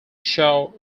shaw